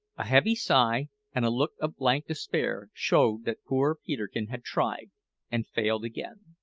a heavy sigh and a look of blank despair showed that poor peterkin had tried and failed again.